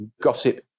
gossip